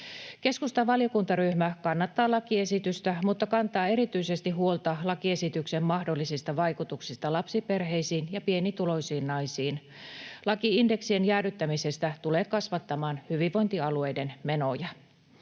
Keskustan valiokuntaryhmä kannattaa lakiesitystä mutta kantaa erityisesti huolta lakiesityksen mahdollisista vaikutuksista lapsiperheisiin ja pienituloisiin naisiin. Laki indeksien jäädyttämisestä tulee kasvattamaan hyvinvointialueiden menoja.